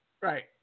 Right